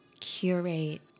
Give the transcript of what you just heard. curate